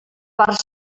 per